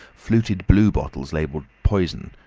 fluted blue bottles labeled poison,